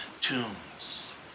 tombs